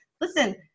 listen